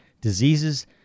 Diseases